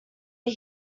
are